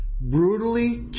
brutally